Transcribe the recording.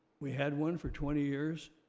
we had one for twenty years.